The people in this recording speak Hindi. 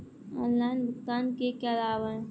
ऑनलाइन भुगतान के क्या लाभ हैं?